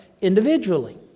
individually